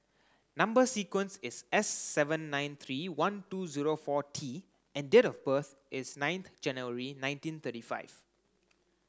number sequence is S seven nine three one two zero four T and date of birth is ninth January nineteen thirty five